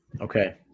Okay